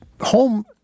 home